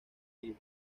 vivo